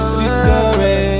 victory